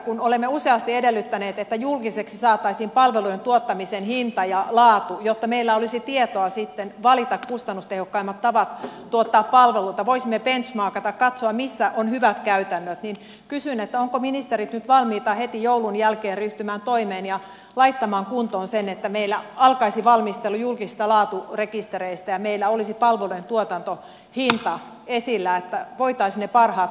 kun olemme useasti edellyttäneet että julkiseksi saataisiin palveluiden tuottamisen hinta ja laatu jotta meillä olisi tietoa sitten valita kustannustehokkaimmat tavat tuottaa palveluita voisimme benchmarkata katsoa missä ovat hyvät käytännöt niin kysyn ovatko ministerit nyt valmiita heti joulun jälkeen ryhtymään toimeen ja laittamaan kuntoon sen että meillä alkaisi valmistelu julkisista laaturekistereistä ja meillä olisi palvelujen tuotantohinta esillä että voitaisiin ne parhaat tavat valita ja saada riittävästi rahaa sitten myös